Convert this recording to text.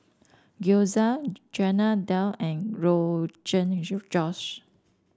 Gyoza Chana Dal and Rogan Josh